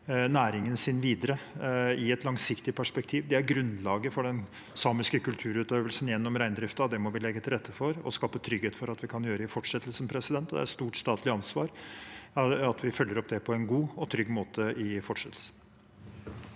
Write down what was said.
næringen sin videre i et langsiktig perspektiv. Det er grunnlaget for den samiske kulturutøvelsen gjennom reindriften. Det må vi legge til rette for og skape trygghet for at vi kan gjøre i fortsettelsen. Det er et stort statlig ansvar at vi følger opp det på en god og trygg måte i fortsettelsen.